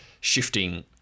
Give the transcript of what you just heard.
shifting